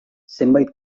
zenbait